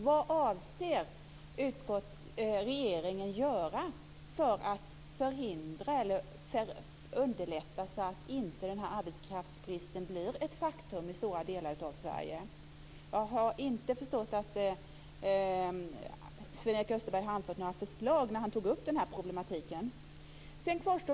Vad avser regeringen göra för att förhindra detta och underlätta det hela så att inte arbetskraftsbristen blir ett faktum i stora delar av Sverige? Jag har inte förstått att Sven-Erik Österberg har anfört några förslag när han tog upp den problematiken.